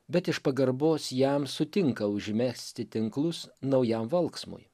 bet iš pagarbos jam sutinka užmesti tinklus naujam valksmui